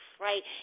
right